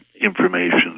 information